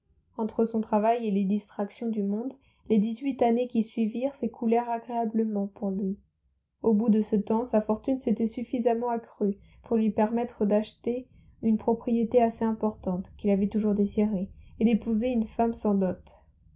entre son travail et les distractions du monde les dix-huit années qui suivirent s'écoulèrent agréablement pour lui au bout de ce temps sa fortune s'était suffisamment accrue pour lui permettre d'acheter une propriété assez importante qu'il avait toujours désirée et d'épouser une femme sans dot